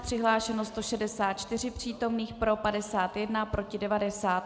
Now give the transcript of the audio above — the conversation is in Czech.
Přihlášeno 164 přítomných, pro 51, proti 90.